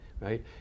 right